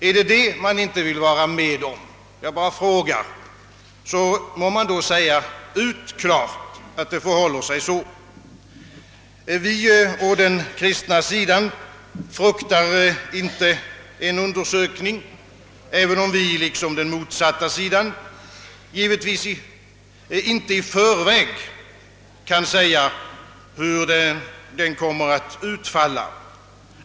är det detta man inte vill vara med om? Då bör man klart säga ifrån, att det förhåller sig så. Vi på den kristna sidan fruktar inte en undersökning, även om vi liksom den motsatta sidan givetvis inte i förväg kan säga, hur den kommer att utfalla.